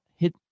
hit